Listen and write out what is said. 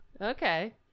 Okay